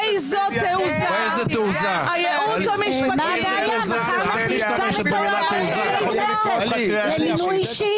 באיזו תעוזה הייעוץ המשפטי ------ זה מינוי אישי.